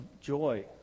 joy